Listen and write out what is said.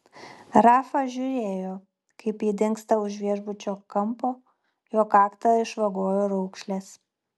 rafa žiūrėjo kaip ji dingsta už viešbučio kampo jo kaktą išvagojo raukšlės